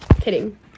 Kidding